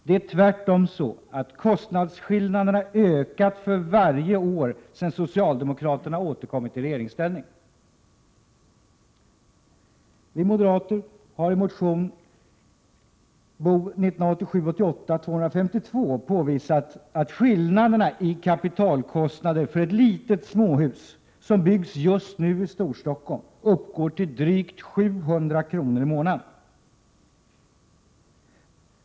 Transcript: Det är tvärtom så att kostnadsskillnaderna ökat för varje år som gått sedan socialdemokraterna återkom i regeringsställning. Vi moderater har i motion 1987/88:Bo252 påvisat att skillnaderna i kapitalkostnader för ett litet småhus, som byggs just nu i Storstockholm, uppgår till drygt 700 kr. i månaden.